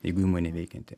jeigu įmonė veikianti